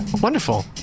Wonderful